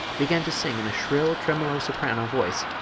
began to sing in a shrill, tremolo soprano voice.